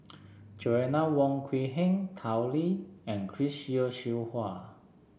Joanna Wong Quee Heng Tao Li and Chris Yeo Siew Hua